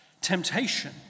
Temptation